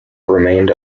remained